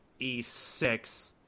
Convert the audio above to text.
E6